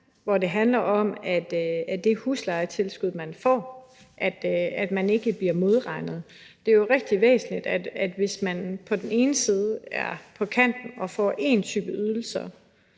hvor det handler om, at det huslejetilskud, man får, ikke bliver modregnet. Det er jo rigtig væsentligt, at hvis man er på kanten og får én type ydelser,